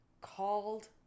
called